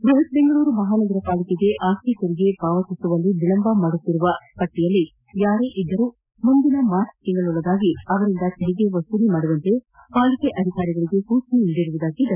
ಬೃಹತ್ ಬೆಂಗಳೂರು ಮಹಾನಗರ ಪಾಲಿಕೆಗೆ ಆಸ್ತಿ ತೆರಿಗೆ ಪಾವತಿಸುವಲ್ಲಿ ವಿಳಂಬ ಮಾಡುತ್ತಿರುವ ಪಟ್ಟಿಯಲ್ಲಿ ಯಾರೇ ಇದ್ದರೂ ಮುಂದಿನ ಮಾರ್ಚ್ ತಿಂಗಳೊಳಗಾಗಿ ಅವರಿಂದ ತೆರಿಗೆ ವಸೂಲಿ ಮಾಡುವಂತೆ ಪಾಲಿಕೆ ಅಧಿಕಾರಿಗಳಿಗೆ ಸೂಚನೆ ನೀಡಿರುವುದಾಗಿ ಡಾ